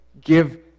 give